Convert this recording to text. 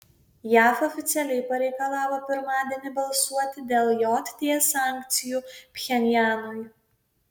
jav oficialiai pareikalavo pirmadienį balsuoti dėl jt sankcijų pchenjanui